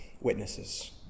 witnesses